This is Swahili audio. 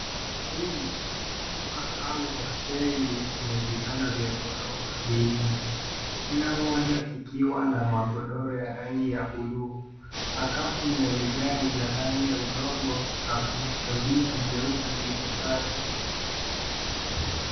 Hii ni chumba au hosteli chenye vitanda vya ghorofa vinne. Kila moja kikiwa na magodoro yarangi ya buluu. Sakafu ni ya vigae vya rangi ya udongo na kuna pazia jeupe dirishani.